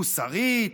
מוסרית?